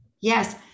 Yes